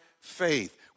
faith